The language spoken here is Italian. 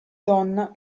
donna